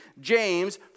James